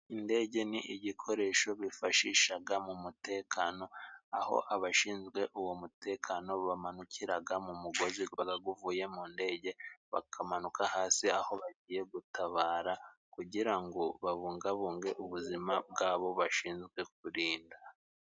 Indege ni igikoresho bifashishaga mu mutekano aho abashinzwe uwo mutekano bamanukiraga mu mugozi gubaga uvuye mu ndege bakamanuka hasi aho bagiye gutabara kugira ngo babungabunge ubuzima bwabo bashinzwe kurinda.